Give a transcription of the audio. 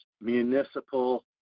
municipal